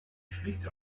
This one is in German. schlichte